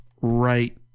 right